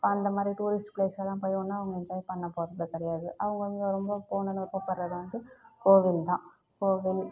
அந்த மாரி டூரிஸ்ட் ப்ளேஸ்லலாம் போய் ஒன்றும் அவங்க என்ஜாய் பண்ண போகறது கிடையாது அவங்க இங்கே ரொம்ப போகணுன்னு விருப்பப்படுறது வந்து கோவில் தான் தான் கோவில்